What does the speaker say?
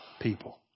people